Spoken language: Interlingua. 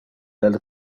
del